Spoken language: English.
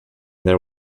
there